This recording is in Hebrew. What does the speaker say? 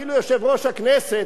אפילו יושב-ראש הכנסת,